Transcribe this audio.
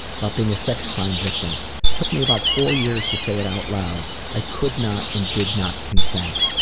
about being a sex crime victim took me about four years to say it out loud i could not and did not consent.